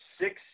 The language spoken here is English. six